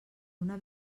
una